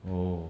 oh